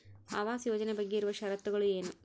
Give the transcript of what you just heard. ಆವಾಸ್ ಯೋಜನೆ ಬಗ್ಗೆ ಇರುವ ಶರತ್ತುಗಳು ಏನು?